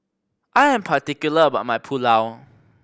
I am particular about my Pulao